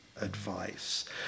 advice